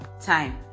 time